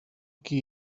qui